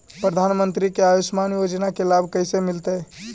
प्रधानमंत्री के आयुषमान योजना के लाभ कैसे मिलतै?